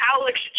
Alex